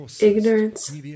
ignorance